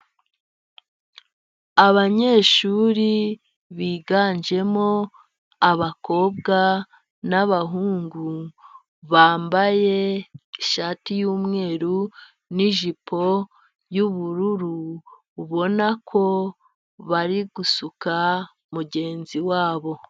Abanyeshuri biganjemo abakobwa n'abahungu bambaye ishati yumweru n'ijipo y'ubururu, ubona ko bari gusuka mugenzi wabo.